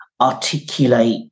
articulate